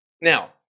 now